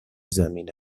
زمین